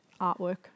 artwork